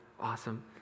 awesome